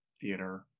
theater